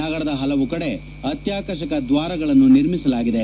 ನಗರದ ಪಲವು ಕಡೆ ಅತ್ನಾಕರ್ಷಕ ದ್ವಾರಗಳನ್ನು ನಿರ್ಮಿಸಲಾಗಿದೆ